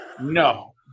No